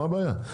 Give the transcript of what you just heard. מה הבעיה?